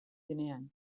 denean